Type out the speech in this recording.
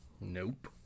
Nope